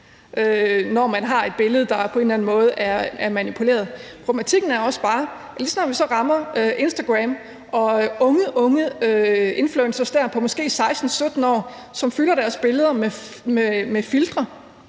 når man har et billede, der på en eller anden måde er manipuleret. Problematikken er der så også bare, lige så snart vi så rammer Instagram, hvor unge, unge influencere på måske 16-17 år fylder deres billeder med filtre.